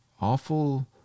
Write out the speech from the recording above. Awful